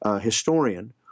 historian